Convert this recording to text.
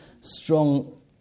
strong